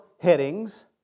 headings